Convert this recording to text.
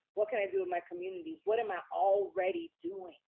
what can i do in my communities? what am i already doing?